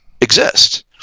exist